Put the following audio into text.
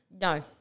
No